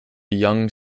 young